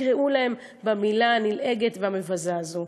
שיקראו להם במילה הנלעגת והמבזה הזאת.